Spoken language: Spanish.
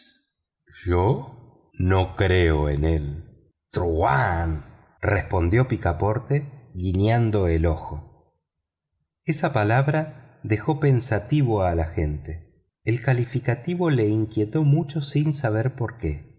yo no creo en él truhán respondió picaporte guiñando el ojo esa palabra dejó pensativo al agente el calificativo lo inquietó mucho sin saber por qué